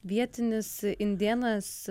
vietinis indėnas